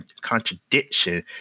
contradiction